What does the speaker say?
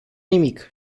nimic